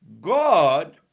God